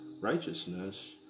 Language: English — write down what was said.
righteousness